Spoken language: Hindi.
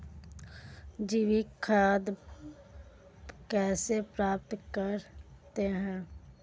जैविक खाद कैसे प्राप्त की जाती है?